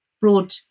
broad